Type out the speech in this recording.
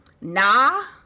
nah